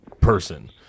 person